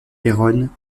péronne